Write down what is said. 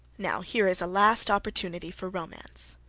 now here is a last opportunity for romance.